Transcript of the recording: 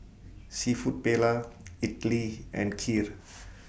Seafood Paella Idili and Kheer